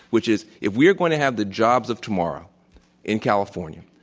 which is if we are going to have the jobs of tomorrow in california,